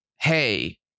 hey